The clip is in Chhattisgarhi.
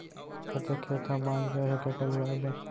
कतेक खेत ह बॉंच गय हे कका लुवाए बर?